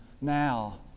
now